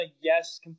yes